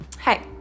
hey